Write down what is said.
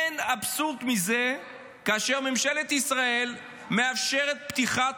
אין אבסורד מזה כאשר ממשלת ישראל מאפשרת פתיחת